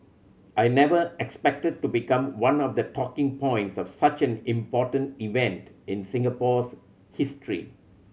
I never expected to become one of the talking points of such an important event in Singapore's history